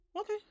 Okay